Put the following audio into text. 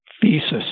thesis